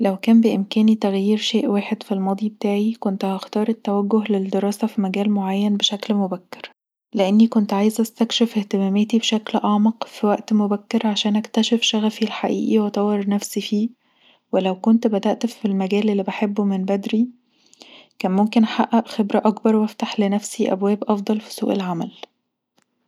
لو كان بإمكاني تغيير شئ واحد في الماضي بتلعي كنت هختار التوجه للدراسه في مجال معين بشكل مبكر لأني كنت عايزه استكشف اهتماماتي بشكل اعمق في وقت مبكر عشان اكتشف شغفي الحقيقي واذور نفسي فيه، ولو كنت بدأت في المجال اللي بحبه من بدري كان ممكن احقق خبره اكبر وافتح لنفسي ابواب افضل في سوق العمل